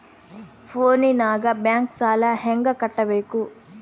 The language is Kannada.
ಫೋನಿನಾಗ ಬ್ಯಾಂಕ್ ಸಾಲ ಹೆಂಗ ಕಟ್ಟಬೇಕು?